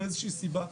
מאיזושהי סיבה,